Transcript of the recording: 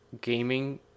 gaming